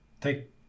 take